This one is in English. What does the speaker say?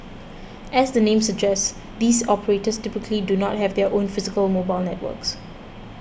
as the name suggests these operators typically do not have their own physical mobile networks